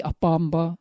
Apamba